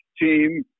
team